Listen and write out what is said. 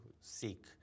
seek